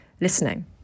listening